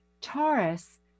Taurus